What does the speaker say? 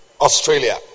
Australia